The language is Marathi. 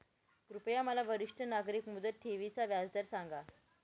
कृपया मला वरिष्ठ नागरिक मुदत ठेवी चा व्याजदर सांगा